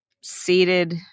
seated